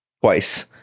twice